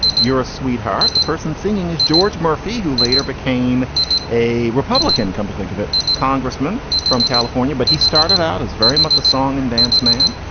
you're a sweetheart. the person singing is george murphy, who later became a republican. come to think of it. congressman from california. but he started out as very much a song and dance man.